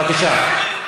בבקשה.